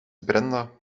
brenda